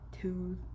two